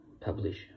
publish